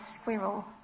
squirrel